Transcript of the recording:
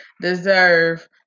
deserve